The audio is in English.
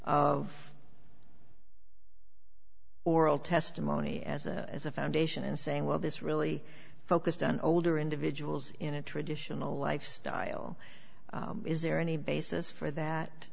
of oral testimony and as a foundation in saying well this really focused on older individuals in a traditional lifestyle is th